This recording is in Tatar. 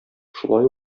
шулай